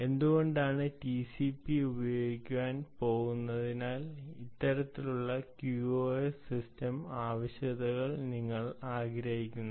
എന്തുകൊണ്ടാണ് ടിസിപി ഉപയോഗിക്കുമ്പോൾ ഇത്തരത്തിലുള്ള QoS സിസ്റ്റം ആവശ്യകതകൾ നിങ്ങൾ ആഗ്രഹിക്കുന്നത്